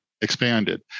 Expanded